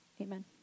Amen